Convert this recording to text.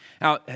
Now